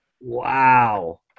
Wow